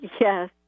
Yes